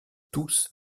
tous